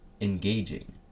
engaging